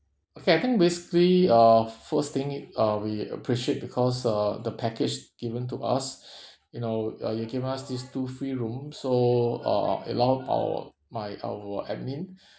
okay I think basically uh first thing uh we appreciate because uh the package given to us you know uh you gave us these two free room so uh allow our my our admin